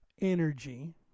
energy